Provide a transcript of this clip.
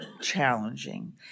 challenging